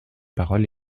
paroles